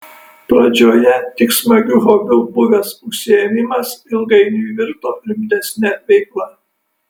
pradžioje tik smagiu hobiu buvęs užsiėmimas ilgainiui virto rimtesne veikla